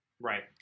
Right